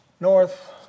north